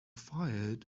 fired